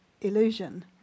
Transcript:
illusion